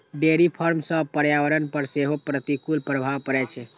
dairy farm सं पर्यावरण पर सेहो प्रतिकूल प्रभाव पड़ै छै